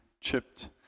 chipped